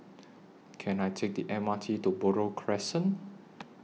Can I Take The M R T to Buroh Crescent